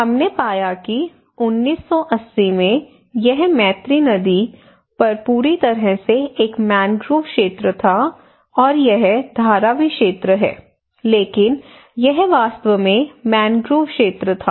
हमने पाया कि 1980 में यह मैत्री नदी पर पूरी तरह से एक मैन्ग्रोव क्षेत्र था और यह धारावी क्षेत्र है लेकिन यह वास्तव में मैन्ग्रोव क्षेत्र था